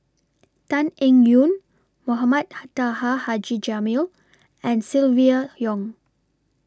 Tan Eng Yoon Mohamed Taha Haji Jamil and Silvia Yong